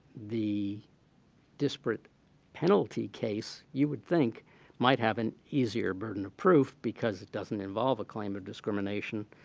the disparate penalty case, you would think might have an easier burden of proof because it doesn't involve a claim of discrimination.